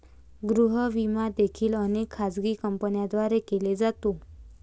गृह विमा देखील अनेक खाजगी कंपन्यांद्वारे केला जातो